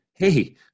hey